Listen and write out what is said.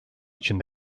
için